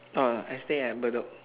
oh I stay at bedok